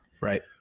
Right